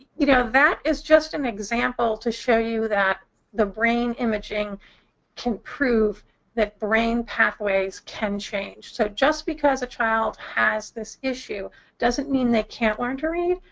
you know, that is just an example to show you that the brain imaging can prove that brain pathways can change. so just because a child has this issue doesn't mean they can't learn to read,